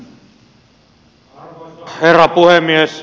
arvoisa herra puhemies